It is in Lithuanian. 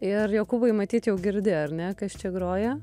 ir jokūbui matyt jau girdi ar ne kas čia groja